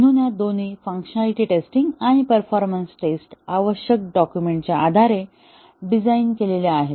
म्हणून या दोन्ही फंक्शनॅलिटी टेस्टिंग आणि परफॉर्मन्स टेस्ट आवश्यक डॉक्युमेंट च्या आधारे डिझाइन केल्या आहेत